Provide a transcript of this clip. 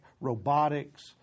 robotics